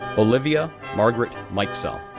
olivia margaret mikesell,